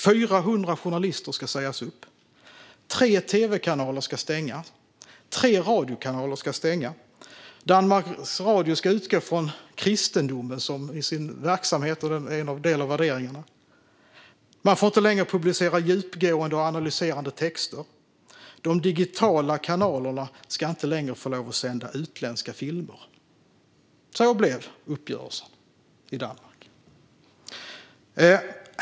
400 journalister ska sägas upp, tre tv-kanaler ska stängas och tre radiokanaler ska stängas. Danmarks Radio ska utgå från kristendomen som en del av värderingarna i sin verksamhet. Man får inte längre publicera djupgående och analyserande texter. De digitala kanalerna ska inte längre få sända utländska filmer. Sådan blev uppgörelsen i Danmark.